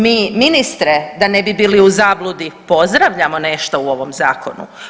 Mi ministre da ne bi bili u zabludi pozdravljamo nešto u ovom zakonu.